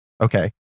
Okay